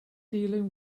dealing